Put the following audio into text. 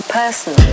person